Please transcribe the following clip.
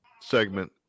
segment